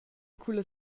culla